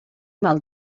mal